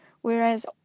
whereas